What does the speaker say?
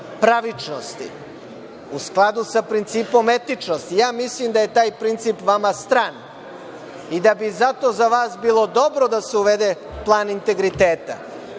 pravičnosti, u skladu sa principom etičnosti. Ja mislim da je vama taj princip stran i da bi zato za vas bilo dobro da se uvede plan integriteta.